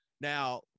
Now